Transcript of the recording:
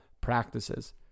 practices